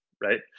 right